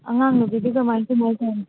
ꯑꯉꯥꯡ ꯅꯨꯄꯤꯗꯤ ꯀꯃꯥꯏ ꯀꯃꯥꯏ ꯇꯧꯔꯤ